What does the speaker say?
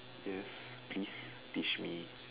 yes please teach me